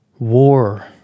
War